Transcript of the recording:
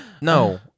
no